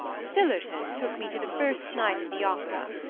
sillerton took me to the first night of the opera,